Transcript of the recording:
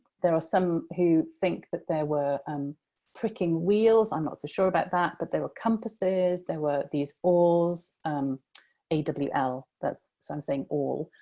there are some who think that there were um pricking wheels i'm not so sure about that but there were compasses, there were these awls a w l so, i'm saying awl.